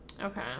Okay